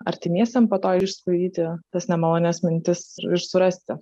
artimiesiem po to išsklaidyti tas nemalonias mintis ir surasti